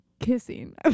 Kissing